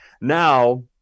Now